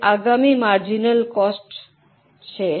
હવે આગામી marginal cost છે